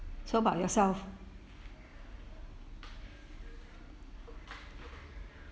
so about yourself